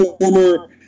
former